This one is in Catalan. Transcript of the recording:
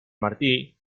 martí